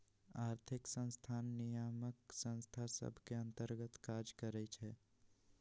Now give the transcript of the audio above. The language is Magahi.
आर्थिक संस्थान नियामक संस्था सभ के अंतर्गत काज करइ छै